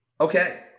Okay